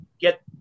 get